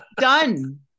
done